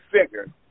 figure